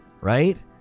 right